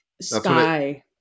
sky